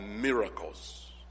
miracles